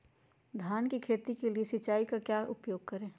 धान की खेती के लिए सिंचाई का क्या उपयोग करें?